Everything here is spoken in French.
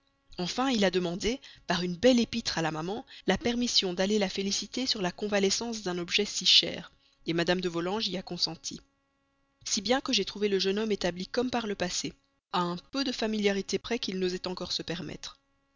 enfin il a demandé par une belle épître à la maman la permission d'aller la féliciter sur la convalescence d'un objet si cher mme de volanges y a consenti si bien que j'ai trouvé le jeune homme établi comme par le passé à un peu de familiarité près qu'il n'osait encore se permettre